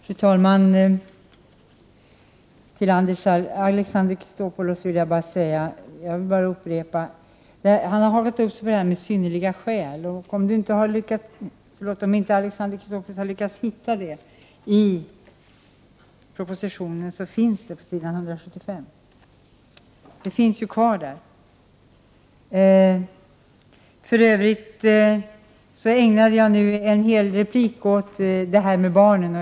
Fru talman! Alexander Chrisopoulos har hakat upp sig på begreppet 31 maj 1989 synnerliga skäl. Om inte Alexander Chrisopoulos har hittat paragrafen i propositionen, kan jag tala om att den finns redovisad på s. 175. Jag ägnade tidigare en hel replik åt barnen.